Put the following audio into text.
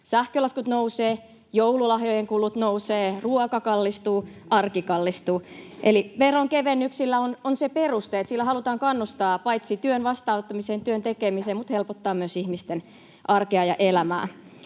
sähkölaskut nousevat, joululahjojen kulut nousevat, ruoka kallistuu ja arki kallistuu. Eli veronkevennyksillä on se peruste, että niillä halutaan paitsi kannustaa työn vastaanottamiseen ja työn tekemiseen myös helpottaa ihmisten arkea ja elämää.